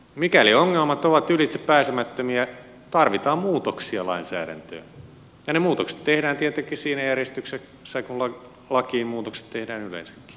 mikäli ongelmat ovat ylitsepääsemättömiä tarvitaan muutoksia lainsäädäntöön ja ne muutokset tehdään tietenkin siinä järjestyksessä kuin lakiin muutokset tehdään yleensäkin